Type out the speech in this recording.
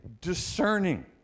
discerning